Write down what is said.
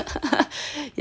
yes correct